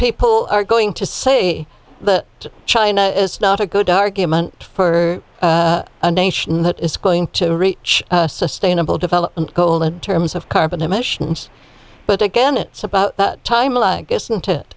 people are going to say that china is not a good argument for a nation that is going to reach a sustainable development goal in terms of carbon emissions but again it's about time lag isn't it